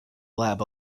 lab